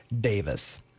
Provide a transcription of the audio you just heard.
Davis